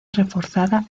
reforzada